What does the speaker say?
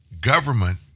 government